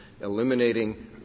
eliminating